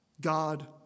God